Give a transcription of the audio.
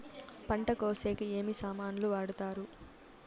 పంట కోసేకి ఏమి సామాన్లు వాడుతారు?